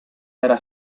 era